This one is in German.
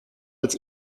als